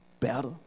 Better